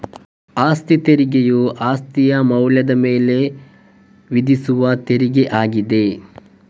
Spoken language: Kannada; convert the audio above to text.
ಅಸ್ತಿ ತೆರಿಗೆಯು ಅಸ್ತಿಯ ಮೌಲ್ಯದ ಮೇಲೆ ವಿಧಿಸುವ ತೆರಿಗೆ ಆಗಿದೆ